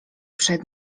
przed